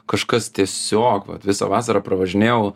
kažkas tiesiog vat visą vasarą pravažinėjau